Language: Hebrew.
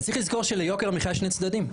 צריך לזכור שיש לו שני צדדים.